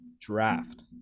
draft